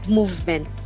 movement